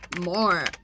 more